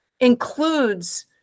includes